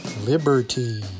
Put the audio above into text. liberty